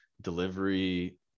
delivery